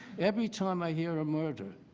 every time i hear a murder,